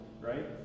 right